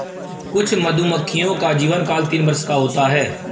कुछ मधुमक्खियों का जीवनकाल तीन वर्ष का होता है